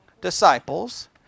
disciples